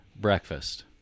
breakfast